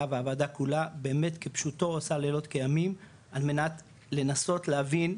והוועדה כולה באמת כפשוטו עושה לילות כימים על מנת לנסות להבין,